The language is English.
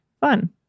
Fun